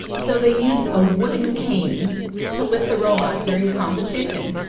so they used a wooden cane to lift the robot during competition.